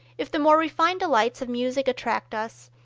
if the more refined delights of music attract us,